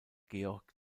georg